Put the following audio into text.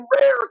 rare